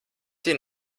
sie